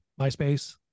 MySpace